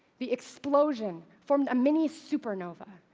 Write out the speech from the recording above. the explosion formed a mini-supernova,